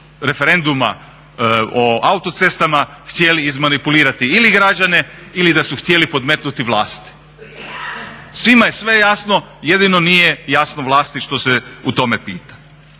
referenduma o autocestama htjeli izmanipulirati ili građane, ili da su htjeli podmetnuti vlasti. Svima je sve jasno, jedino nije jasno vlasti što se u tome pita.